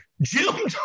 Jim